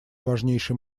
важнейший